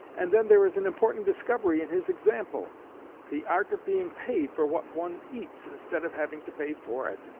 and then there is an important discovery in his example the art of being paid for what one eats, instead of having to pay for it.